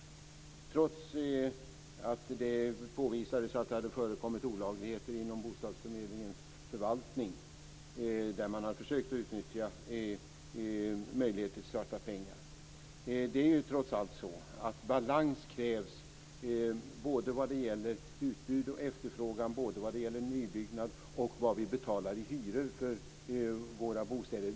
Detta var trots att det hade påvisats att det hade förekommit olagligheter inom bostadsförmedlingens förvaltning, där man hade försökt att utnyttja möjligheten till svarta pengar. Balans krävs både vad gäller utbud och efterfrågan, vad gäller nybyggnad och vad vi betalar i hyra för våra bostäder.